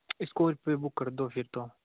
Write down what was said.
Scorpio book कर दो फिर तो